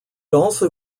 also